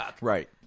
Right